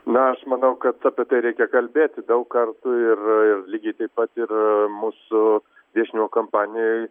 na aš manau kad apie tai reikia kalbėti daug kartų ir lygiai taip pat ir mūsų viešinimo kampanijoj